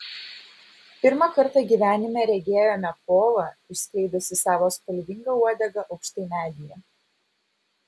pirmą kartą gyvenime regėjome povą išskleidusį savo spalvingą uodegą aukštai medyje